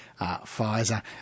Pfizer